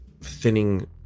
thinning